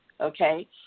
okay